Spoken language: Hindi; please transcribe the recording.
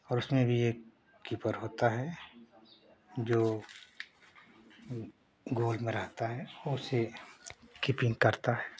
और उसमें भी एक कीपर होता है जो गोल मारता उसे कीपिंग करता है